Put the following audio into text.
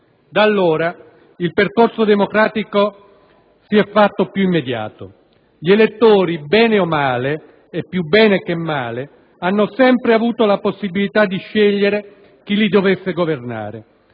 Da allora il percorso democratico si è fatto più immediato; gli elettori bene o male - e più bene che male - hanno sempre avuto la possibilità di scegliere chi li dovesse governare: